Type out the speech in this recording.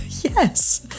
Yes